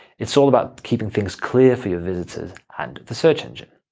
it's all about keeping things clear for your visitors and the search engine.